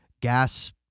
gas